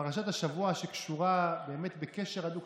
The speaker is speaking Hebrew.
שקשורה בקשר הדוק,